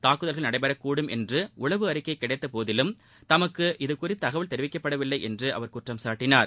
தாக்குதல்க்ள நடைபெற கூடும் என்று உளவு அறிக்கை கிடைத்த போதிலும் தமக்கு இது குறித்து தகவல் தெரிவிக்க வில்லை என்று அவர் குற்றம் சாட்டினார்